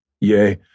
Yea